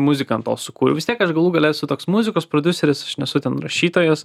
muziką ant to sukūriau vis tiek aš galų gale esu toks muzikos prodiuseris aš nesu ten rašytojas